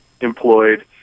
employed